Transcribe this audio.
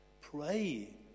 Pray